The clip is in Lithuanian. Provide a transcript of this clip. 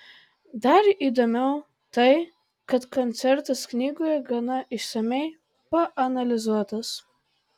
dar įdomiau tai kad koncertas knygoje gana išsamiai paanalizuotas